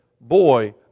boy